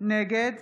נגד